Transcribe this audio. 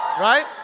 right